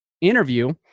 interview